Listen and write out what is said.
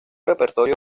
repertorio